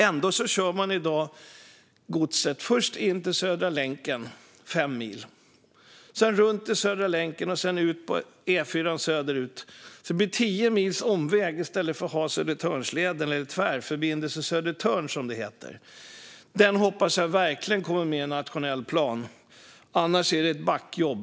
Ändå kör man i dag godset först fem mil in till Södra länken, sedan runt Södra länken och därefter ut på E4 söderut. Det blir tio mils omväg i stället för att ha Södertörnsleden, eller Tvärförbindelse Södertörn som den heter. Den hoppas jag verkligen kommer med i nationell plan - annars är det ett backjobb.